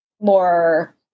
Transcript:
more